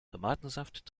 tomatensaft